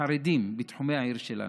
את החרדים, בתחומי העיר שלנו.